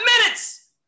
minutes